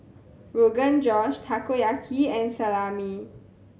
Rogan Josh Takoyaki and Salami